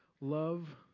Love